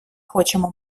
хочемо